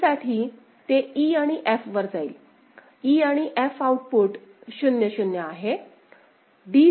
c साठी ते e आणि f वर जाईल e आणि f आउटपुट 0 0 आहे